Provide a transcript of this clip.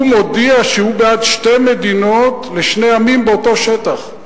הוא מודיע שהוא בעד שתי מדינות לשני עמים באותו שטח,